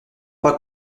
pas